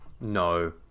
no